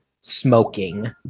smoking